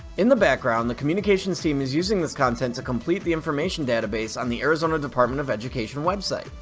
in the background, the communications team is using this content to complete the information database on the arizona department of education website.